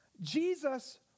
Jesus